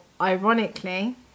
ironically